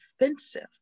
offensive